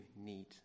need